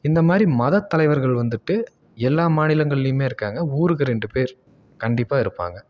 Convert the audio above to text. இந்த மாதிரி மத தலைவர்கள் வந்துட்டு எல்லாம் மாநிலங்கள்லேயுமே இருக்காங்க ஊருக்கு ரெண்டு பேர் கண்டிப்பாக இருப்பாங்க